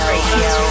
Radio